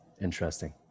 interesting